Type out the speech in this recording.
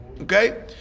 okay